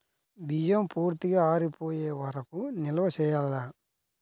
బియ్యం పూర్తిగా ఆరిపోయే వరకు నిల్వ చేయాలా?